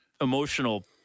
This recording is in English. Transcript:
emotional